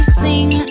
sing